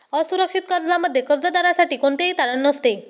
असुरक्षित कर्जामध्ये कर्जदारासाठी कोणतेही तारण नसते